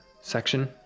section